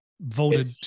voted